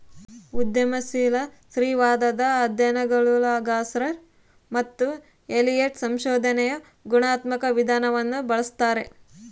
ಉದ್ಯಮಶೀಲ ಸ್ತ್ರೀವಾದದ ಅಧ್ಯಯನಗುಳಗಆರ್ಸರ್ ಮತ್ತು ಎಲಿಯಟ್ ಸಂಶೋಧನೆಯ ಗುಣಾತ್ಮಕ ವಿಧಾನವನ್ನು ಬಳಸ್ತಾರೆ